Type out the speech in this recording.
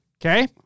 Okay